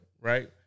Right